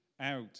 out